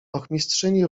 ochmistrzyni